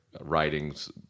writings